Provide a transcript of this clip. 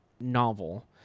novel